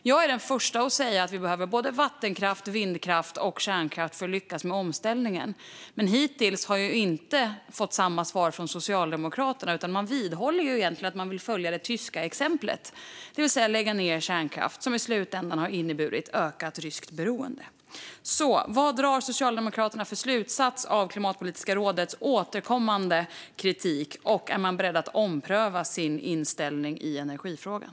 Jag är den första att säga att vi behöver både vattenkraft, vindkraft och kärnkraft för att lyckas med omställningen. Men hittills har vi inte fått samma svar från Socialdemokraterna. Man vidhåller att man vill följa det tyska exemplet, det vill säga att lägga ned kärnkraft, vilket i slutändan har inneburit ett ökat beroende av Ryssland. Vad drar Socialdemokraterna för slutsats av Klimatpolitiska rådets återkommande kritik? Och är man beredd att ompröva sin inställning i energifrågan?